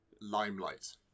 limelight